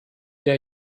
der